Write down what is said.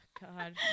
God